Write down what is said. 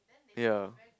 ya